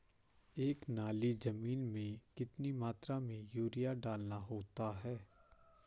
एक नाली जमीन में कितनी मात्रा में यूरिया डालना होता है?